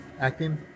acting